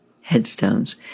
headstones